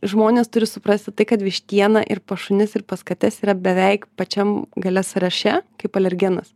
žmonės turi suprasti tai kad vištiena ir pas šunis ir pas kates yra beveik pačiam gale sąraše kaip alergenas